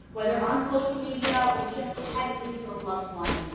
whether on social media or just privately to a loved one.